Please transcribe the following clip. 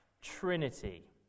Trinity